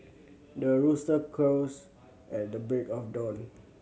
the rooster crows at the break of dawn